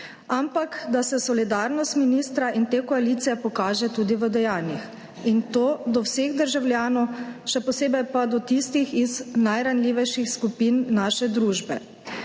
ampak da se solidarnost ministra in te koalicije pokaže tudi v dejanjih, in to do vseh državljanov, še posebej pa do tistih iz najranljivejših skupin naše družbe.